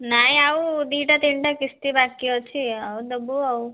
ନାଇଁ ଆଉ ଦୁଇଟା ତିନିଟା କିସ୍ତି ବାକି ଅଛି ଆଉ ଦେବୁ ଆଉ